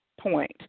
point